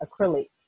acrylic